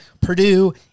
Purdue